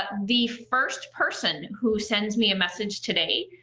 the first person who sends me a message today.